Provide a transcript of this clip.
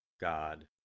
God